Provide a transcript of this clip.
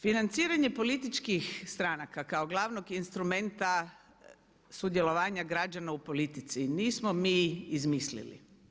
Financiranje političkih stranaka kao glavnog instrumenta sudjelovanja građana u politici nismo mi izmislili.